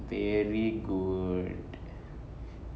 very good